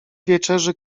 wieczerzy